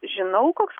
žinau koks